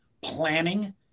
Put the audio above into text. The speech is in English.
planning